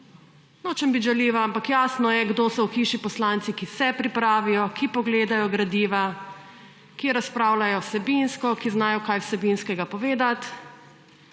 Nočem biti žaljiva, ampak jasno je, kdo so v hiši poslanci, ki se pripravijo, ki pogledajo gradiva, ki razpravljajo vsebinsko, ki znajo kaj vsebinskega povedat.